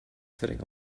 sitting